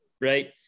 right